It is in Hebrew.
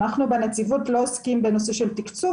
אנחנו בנציבות לא עוסקים בנושא של תיקצוב,